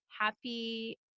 happy